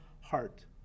heart